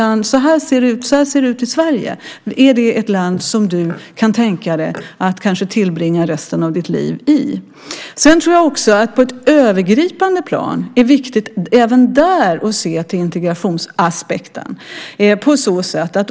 Så här ser det ut i Sverige - är det ett land som du kan tänka dig att kanske tillbringa resten av ditt liv i? Sedan tror jag att det även på ett övergripande plan är viktigt att se till integrationsaspekten.